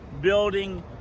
building